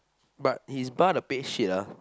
but his bar the pay shit lah